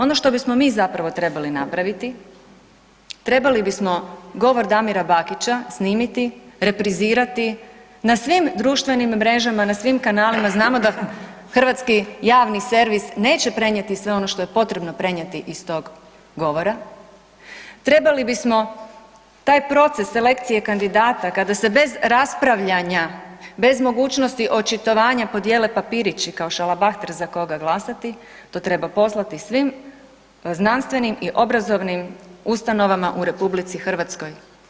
Ono što bismo mi zapravo trebali napraviti, trebali bismo govor Damira Bakića snimiti, reprizirati na svim društvenim mrežama, na svim kanalima, znamo da hrvatski javni servis neće prenijeti sve ono što je potrebno prenijeti iz tog govora, trebali bismo taj proces selekcije kandidata kada se bez raspravljanja, bez mogućnosti očitovanja podijele papirići kao šalabahter za koga glasati, to treba poslati svim znanstvenim i obrazovnim ustanovama u RH.